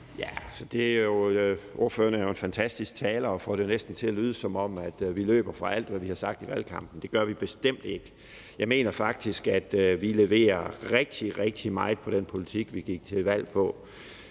Frandsen (M): Ordføreren er jo en fantastisk taler og får det næsten til at lyde, som om vi løber fra alt, vi har sagt i valgkampen. Det gør vi bestemt ikke. Jeg mener faktisk, at vi leverer rigtig, rigtig meget af politik, vi gik til valg på.